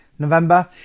November